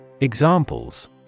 Examples